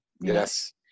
Yes